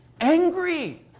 angry